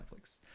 Netflix